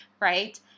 right